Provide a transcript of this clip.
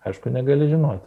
aišku negali žinoti